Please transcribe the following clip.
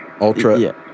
Ultra